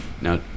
Now